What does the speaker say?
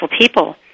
people